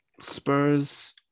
Spurs